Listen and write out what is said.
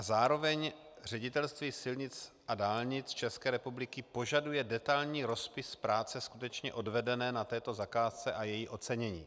Zároveň Ředitelství silnic a dálnic České republiky požaduje detailní rozpis práce skutečně odvedené na této zakázce a její ocenění.